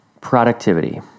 Productivity